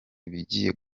ibigiye